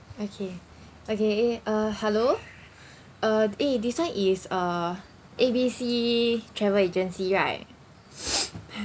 okay okay eh uh hello uh eh this one is uh A B C travel agency right